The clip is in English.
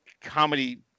comedy